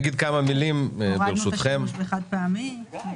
קודם כול,